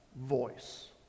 voice